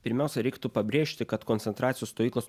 pirmiausia reiktų pabrėžti kad koncentracijos stovyklos